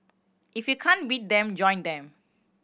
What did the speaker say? if you can't beat them join them